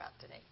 today